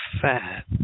fat